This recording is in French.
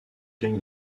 gagne